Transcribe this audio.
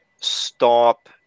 stop